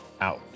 out